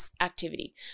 activity